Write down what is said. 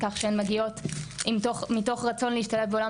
כך שהן מגיעות מתוך רצון להשתלב בעולם